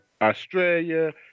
Australia